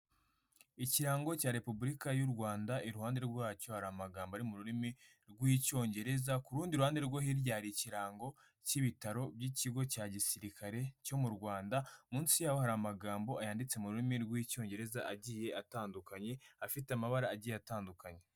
Ikirango cya Repubulika y'u Rwanda, iruhande rwacyo hari amagambo ari mu rurimi rw'icyongereza, ku rundi ruhande rwo hirya hari ikirango cy'ibitaro by'ikigo cya gisirikare cyo mu Rwanda, munsi ya ho hari amagambo yanditse mu rurimi rw'icyongereza agiye atandukanye, afite amabara agiye atandukanye.